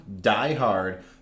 die-hard